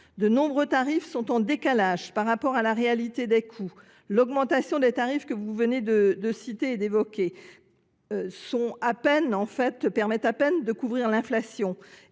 De nombreux tarifs sont en décalage par rapport à la réalité des coûts. L’augmentation des tarifs que vous venez de citer permet à peine de couvrir l’inflation,